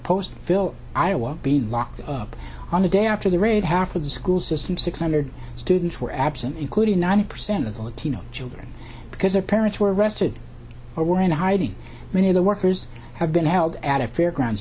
postville iowa being locked up on the day after the raid half of the school system six hundred students were absent including ninety percent of the latino children because their parents were arrested or were in hiding many of the workers have been held at a fairgrounds